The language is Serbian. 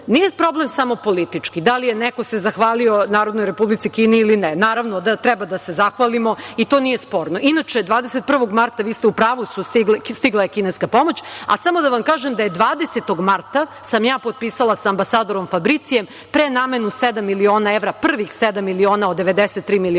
Nije problem samo politički, da li se neko zahvalio Narodnoj Republici Kini ili ne. Naravno da treba da se zahvalimo, i to nije sporno. Inače, 21. marta, vi ste u pravu, stigla je kineska pomoć. Samo da vam kažem da sam ja 20. marta potpisala sa ambasadorom Fabricijem prenamenu sedam miliona evra, prvih sedam miliona od 93 miliona evra